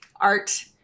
art